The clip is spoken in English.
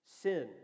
Sin